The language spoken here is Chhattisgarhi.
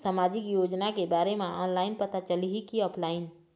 सामाजिक योजना के बारे मा ऑनलाइन पता चलही की ऑफलाइन?